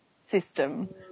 system